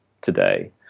today